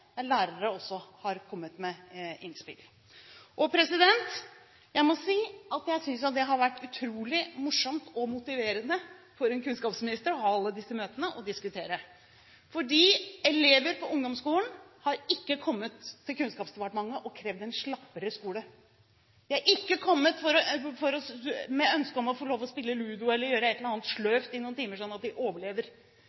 innspill. Jeg må si at jeg synes det har vært utrolig morsomt og motiverende som kunnskapsminister å ha alle disse møtene og diskutere, fordi elever på ungdomsskolen har ikke kommet til Kunnskapsdepartementet og krevd en slappere skole. De har ikke kommet med ønske om å få lov til å spille Ludo eller gjøre et eller annet